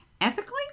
Ethically